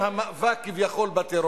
הממשלה מבקשת לתמוך בהצעת החוק